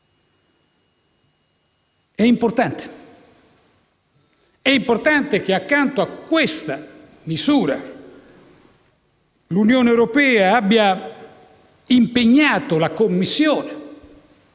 ma mi taccio. È importante che, accanto a questa misura, l'Unione europea abbia impegnato la Commissione